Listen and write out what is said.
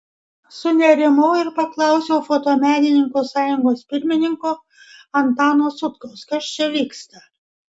sunerimau ir paklausiau fotomenininkų sąjungos pirmininko antano sutkaus kas čia vyksta